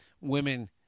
women